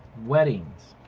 weddings.